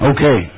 Okay